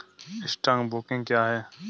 Stock broking क्या है?